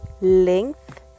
length